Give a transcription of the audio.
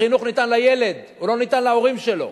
החינוך ניתן לילד, הוא לא ניתן להורים שלו,